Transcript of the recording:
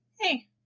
hey